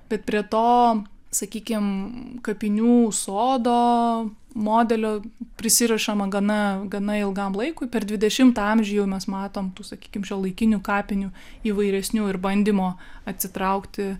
bet prie to sakykim kapinių sodo modelio prisirišama gana gana ilgam laikui per dvidešimtą amžių mes matom tų sakykim šiuolaikinių kapinių įvairesnių ir bandymo atsitraukti